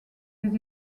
des